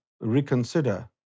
reconsider